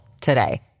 today